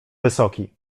wysoki